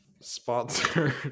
Sponsored